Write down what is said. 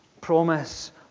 promise